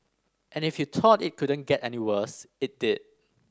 and if you thought it couldn't get any worse it did